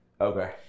Okay